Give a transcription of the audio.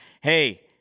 hey